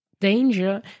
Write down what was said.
danger